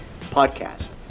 podcast